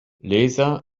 laser